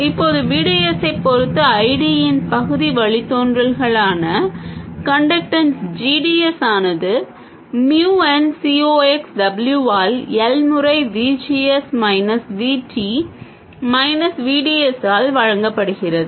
இப்போது VDS ஐப் பொறுத்து I D இன் பகுதி வழித்தோன்றல்களான கன்டக்டன்ஸ் gds ஆனது mu n C ox W ஆல் L முறை VGS minus VT minus VD S ஆல் வழங்கப்படுகிறது